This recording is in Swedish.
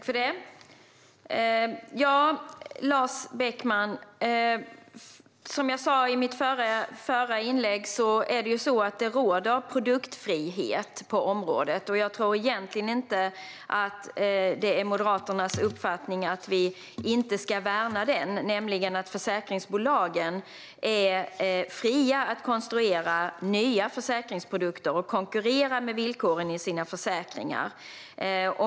Herr ålderspresident! Som jag sa i mitt förra inlägg, Lars Beckman, råder produktfrihet på området. Jag tror egentligen inte att det är Moderaternas uppfattning att vi inte ska värna den, nämligen att försäkringsbolagen är fria att konstruera nya försäkringsprodukter och konkurrera med villkoren i sina försäkringar.